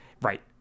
right